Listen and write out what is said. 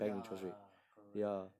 ya correct